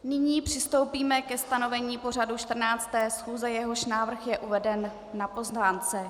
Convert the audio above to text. Nyní přistoupíme ke stanovení pořadu 14. schůze, jehož návrh je uveden na pozvánce.